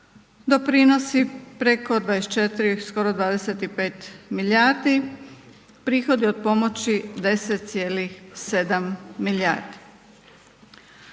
doprinosi preko 24 skoro 25 milijardi, prihodi od pomoći 10,7 milijardi.